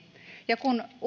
ja kun